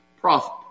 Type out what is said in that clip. prophet